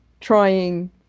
trying